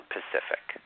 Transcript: Pacific